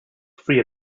free